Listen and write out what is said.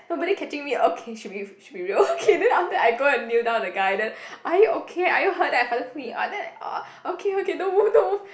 nobody catching me okay should be should be real okay then after that I go and kneel down the guy then are you okay are you hurt then I faster pull him up then ah okay okay don't move don't move